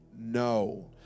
No